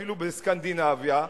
אפילו סקנדינביה,